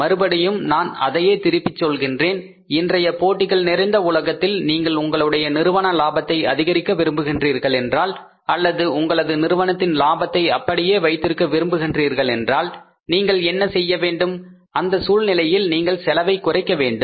மறுபடியும் நான் அதையே திருப்பி சொல்கின்றேன் இன்றைய போட்டிகள் நிறைந்த உலகத்தில் நீங்கள் உங்களுடைய நிறுவன லாபத்தை அதிகரிக்க விரும்புகிறீர்கள் என்றால் அல்லது உங்களது நிறுவனத்தின் லாபத்தை அப்படியே வைத்திருக்க விரும்புகிறீர்கள் என்றால் நீங்கள் என்ன செய்ய வேண்டும் அந்த சூழ்நிலையில் நீங்கள் செலவை குறைக்க வேண்டும்